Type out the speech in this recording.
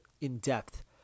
in-depth